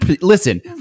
listen